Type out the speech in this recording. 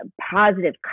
positive